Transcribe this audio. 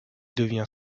devient